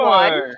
one